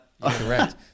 Correct